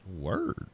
Word